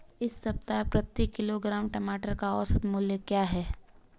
इस सप्ताह प्रति किलोग्राम टमाटर का औसत मूल्य क्या है?